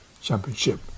championship